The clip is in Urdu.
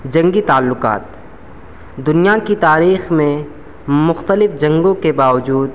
جنگی تعلّقات دنیا کی تاریخ میں مختلف جنگوں کے باوجود